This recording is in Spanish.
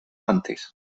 antes